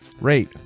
rate